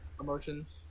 emotions